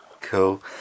Cool